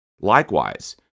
Likewise